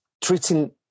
treating